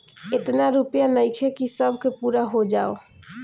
एतना रूपया नइखे कि सब के पूरा हो जाओ